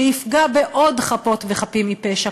שיפגע בעוד חפות וחפים מפשע,